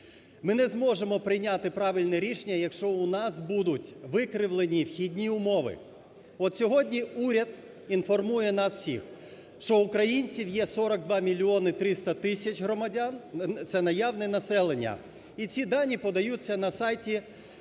Ми не зможемо прийняти правильне рішення, якщо у нас будуть викривлені вхідні умови. От сьогодні уряд інформує нас всіх, що українців є 42 мільйони 300 тисяч громадян, це наявне населення, і ці дані подаються на сайті